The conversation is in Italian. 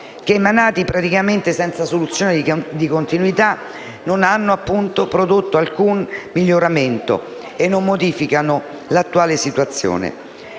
che, emanati praticamente senza soluzione di continuità, non hanno prodotto alcun miglioramento e non modificano l'attuale situazione.